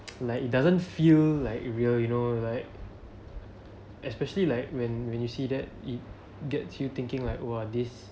like it doesn't feel like real you know like especially like when when you see that it gets you thinking like !wah! this